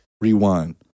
rewind